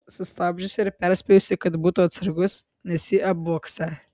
sustabdžiusi ir perspėjusi kad būtų atsargus nes jį apvogsią